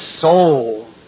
soul